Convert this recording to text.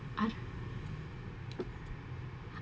I don't